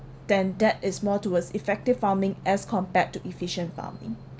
then that is more towards effective farming as compared to efficient farming